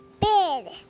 Bed